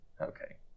Okay